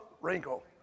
wrinkle